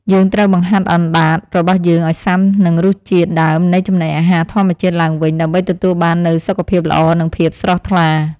យើងត្រូវបង្ហាត់អណ្តាតរបស់យើងឲ្យស៊ាំនឹងរសជាតិដើមនៃចំណីអាហារធម្មជាតិឡើងវិញ ដើម្បីទទួលបាននូវសុខភាពល្អនិងភាពស្រស់ថ្លា។